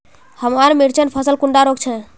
हमार मिर्चन फसल कुंडा रोग छै?